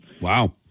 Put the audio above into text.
Wow